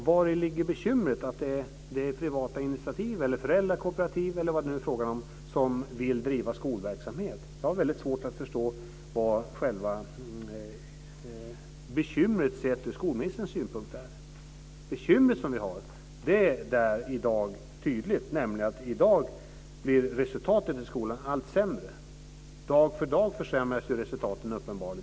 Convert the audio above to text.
Vari ligger bekymret med att det är privata initiativ, föräldrakooperativ eller vad det nu kan vara som vill driva skolverksamhet? Jag har väldigt svårt att förstå vad själva bekymret, sett ur skolministerns synpunkt, är. Det bekymmer som vi har i dag är tydligt, nämligen att resultaten i skolan blir allt sämre. Dag för dag försämras uppenbarligen resultaten.